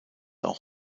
auch